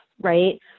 right